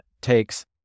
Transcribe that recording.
takes